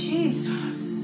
Jesus